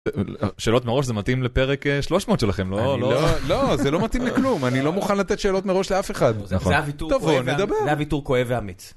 שאלות מראש זה מתאים לפרק שלוש מאות שלכם, לא, לא, זה לא מתאים לכלום. אני לא מוכן לתת שאלות מראש לאף אחד. זה היה וויתור כואב ואמיץ